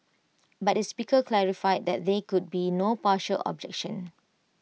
but the speaker clarified that there could be no partial objection